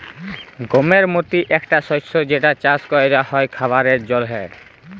গমের মতি একটা শস্য যেটা চাস ক্যরা হ্যয় খাবারের জন্হে